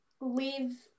leave